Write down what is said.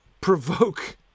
provoke